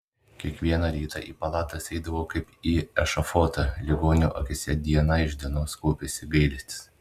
kiekvieną rytą į palatas eidavau kaip į ešafotą ligonių akyse diena iš dienos kaupėsi gailestis